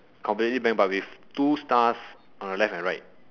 completely blank but with two stars on the left and right